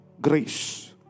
grace